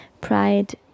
pride